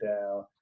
down